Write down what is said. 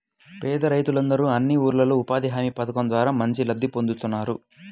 పేద రైతులందరూ అన్ని ఊర్లల్లో ఉపాధి హామీ పథకం ద్వారా మంచి లబ్ధి పొందుతున్నారు